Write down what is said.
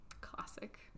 Classic